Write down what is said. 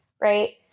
right